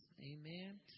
amen